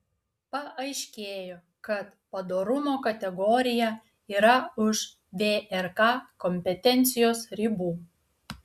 paaiškėjo kad padorumo kategorija yra už vrk kompetencijos ribų